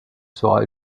sera